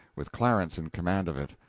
with clarence in command of it.